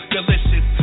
Delicious